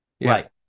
right